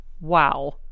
wow